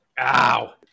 Ow